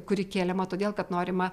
kuri keliama todėl kad norima